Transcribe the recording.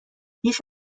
بیش